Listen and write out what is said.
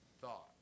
thought